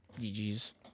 GG's